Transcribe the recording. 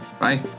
Bye